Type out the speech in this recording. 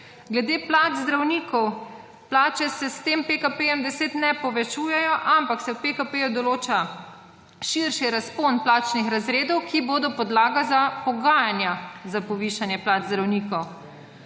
Glede plač zdravnikov. Plače se s tem PKP-jem 10 ne povečujejo, ampak se v PKP-ju določa širši razpon plačnih razredov, ki bodo podlaga za pogajanja za povišanje plač zdravnikov.